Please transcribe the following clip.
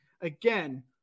again